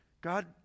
God